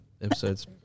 Episodes